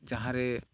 ᱡᱟᱦᱟᱸᱨᱮ